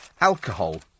alcohol